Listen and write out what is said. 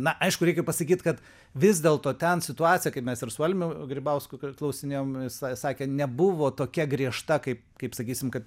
na aišku reikia pasakyt kad vis dėlto ten situacija kaip mes ir su almiu grybausku klausinėjom jis sakė nebuvo tokia griežta kaip kaip sakysim kad